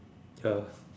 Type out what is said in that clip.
ya